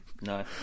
No